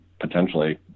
potentially